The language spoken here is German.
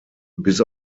bis